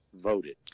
voted